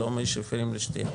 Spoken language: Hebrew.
לא מי שפירים לשתייה.